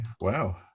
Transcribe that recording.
wow